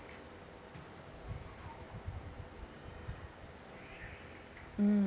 mm